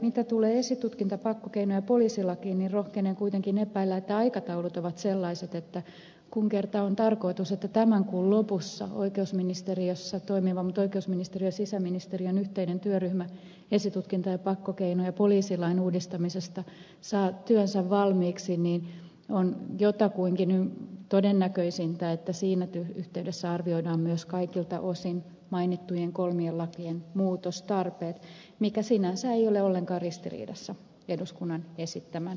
mitä tulee esitutkinta pakkokeino ja poliisilakiin rohkenen kuitenkin epäillä että aikataulut ovat sellaiset että kun kerta on tarkoitus että tämän kuun lopussa oikeusministeriössä toimiva mutta oikeusministeriön ja sisäministeriön yhteinen työryhmä esitutkinta pakkokeino ja poliisilain uudistamisesta saa työnsä valmiiksi on jotakuinkin todennäköisintä että siinä yhteydessä arvioidaan myös kaikilta osin mainittujen kolmen lain muutostarve mikä sinänsä ei ole ollenkaan ristiriidassa eduskunnan esittämän ponnen kanssa